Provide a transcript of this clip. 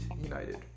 United